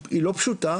היא לא פשוטה,